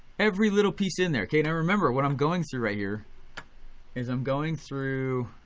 every little piece in there. and remember what i'm going through right here is i'm going through